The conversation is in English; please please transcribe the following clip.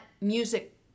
music